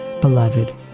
beloved